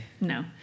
No